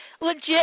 legit